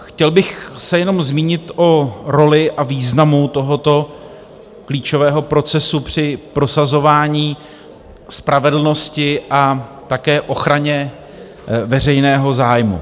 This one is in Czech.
Chtěl bych se jenom zmínit o roli a významu tohoto klíčového procesu při prosazování spravedlnosti a také ochraně veřejného zájmu.